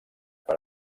per